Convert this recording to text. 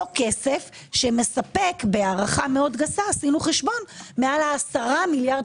אותו כסף שמספק בהערכה גסה עשינו חשבון מעל 10 מיליארד